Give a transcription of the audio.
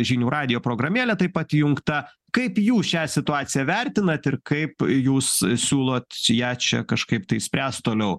žinių radijo programėlė taip pat įjungta kaip jūs šią situaciją vertinat ir kaip jūs siūlot ją čia kažkaip tai spręst toliau